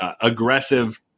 aggressive